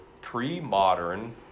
pre-modern